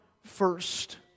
first